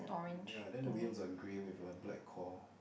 ya then the wheels are grey with a black core